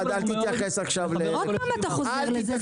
אל תתייחס עכשיו -- עוד פעם אתה חוזר על זה.